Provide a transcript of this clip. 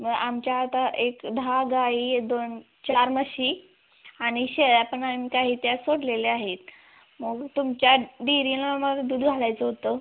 मग आमच्या आता एक दहा गाई आहेत दोन चार म्हशी आणि शेळ्या पण आणि काही त्या सोडलेल्या आहेत मग तुमच्या डेरीला आम्हाला दूध घालायचं होतं